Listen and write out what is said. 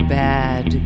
bad